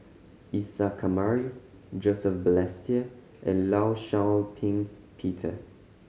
Isa Kamari Joseph Balestier and Law Shau Ping Peter